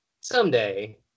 someday